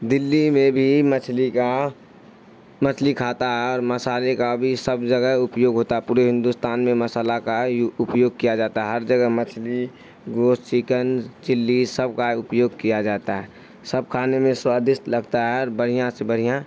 دلی میں بھی مچھلی کا مچھلی کھاتا ہے اور مصالے کا بھی سب جگہ اپیوگ ہوتا ہے پورے ہندوستان میں مصالحہ کا اپیوگ کیا جاتا ہے ہر جگہ مچھلی گوش چکن چلی سب کا اپیو کیا جاتا ہے سب کھانے میں سوادشٹ لگتا ہے اور بڑھیا سے بڑھیا